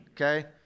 okay